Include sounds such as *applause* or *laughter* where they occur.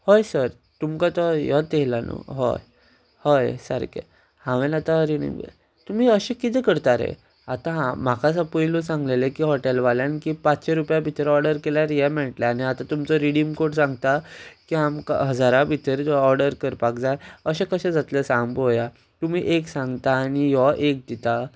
हय सर तुमकां तो *unintelligible* येयला न्हू हय हय सारकें हांवेन आतां रिडीम तुमी अशें कितें करता रे आतां म्हाका असो पयलो सांगलेलें की हॉटेलवाल्यान की पांचशे रुपया भितर ऑर्डर केल्यार हें मेळटलें आनी आतां तुमचो रिडीम कोड सांगता की आमकां हजारा भितर जो ऑर्डर करपाक जाय अशें कशें जातलें सांग पळोव्या तुमी एक सांगता आनी हो एक दिता